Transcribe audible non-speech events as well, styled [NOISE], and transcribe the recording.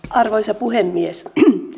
[UNINTELLIGIBLE] arvoisa puhemies